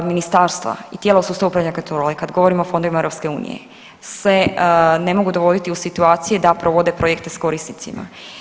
Ministarstva i tijela u sustavu upravljanja i kontrole kad govorimo o fondovima EU se ne mogu dovoditi u situacije da provode projekte s korisnicima.